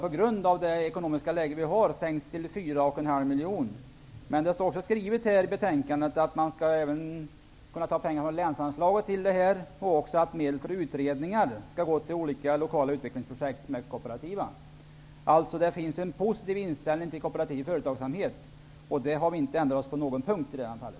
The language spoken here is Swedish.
På grund av det ekonomiska läget har de nu sänkts till 4,5 miljoner, men det står skrivet i betänkandet att man skall kunna ta pengar även från länsanslaget till verksamheten, och att medel för utredningar skall gå till olika lokala kooperativa utvecklingsprojekt. Det finns en positiv inställning till kooperativ företagsamhet, och vi har inte ändrat oss på någon punkt i det fallet.